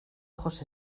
ojos